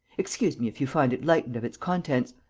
excuse me if you find it lightened of its contents.